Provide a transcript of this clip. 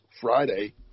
Friday